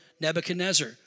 Nebuchadnezzar